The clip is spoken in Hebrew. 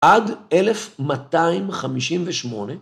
עד 1258.